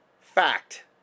Fact